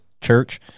Church